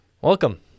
Welcome